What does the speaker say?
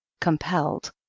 compelled